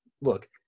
Look